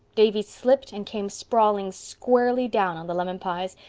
davy slipped and came sprawling squarely down on the lemon pies.